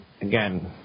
Again